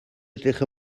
edrych